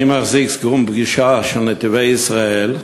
אני מחזיק סיכום פגישה עם "נתיבי ישראל"